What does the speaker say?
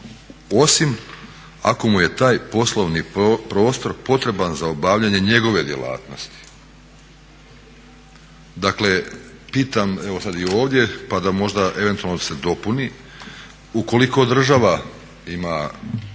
osim ako mu je taj poslovni prostor potreban za obavljanje njegove djelatnosti. Dakle pitam evo sad i ovdje pa da možda eventualno se dopuni, ukoliko država ima